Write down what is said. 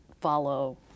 follow